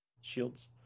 shields